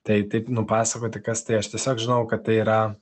tai taip nupasakoti kas tai aš tiesiog žinojau kad tai yra